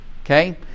Okay